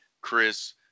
Chris